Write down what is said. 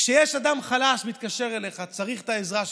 כשיש אדם חלש שמתקשר אליך וצריך את העזרה שלך,